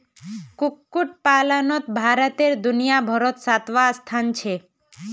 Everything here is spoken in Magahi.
कुक्कुट पलानोत भारतेर दुनियाभारोत सातवाँ स्थान छे